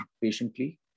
patiently